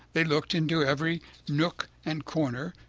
they looked into every nook and corner,